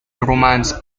romance